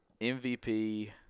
MVP –